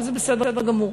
וזה בסדר גמור.